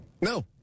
No